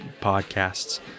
podcasts